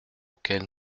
auquel